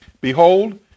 Behold